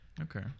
Okay